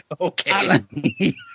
Okay